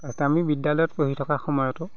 তাত আমি বিদ্যালয়ত পঢ়ি থকা সময়তো